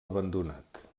abandonat